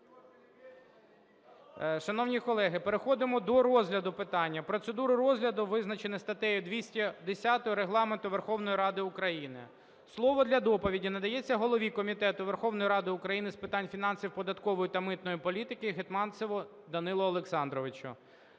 Шановні колеги, переходимо до розгляду питання. Процедуру розгляду визначено статтею 210 Регламенту Верховної Ради України. Слово для доповіді надається голові Комітету Верховної Ради України з питань фінансів, податкової та митної політики Гетманцеву Данилу Олександровичу.